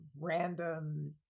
random